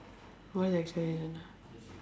why like cheran ah